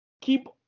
Keep